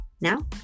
Now